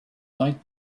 might